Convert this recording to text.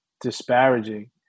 disparaging